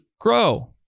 grow